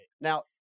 Now